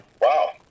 wow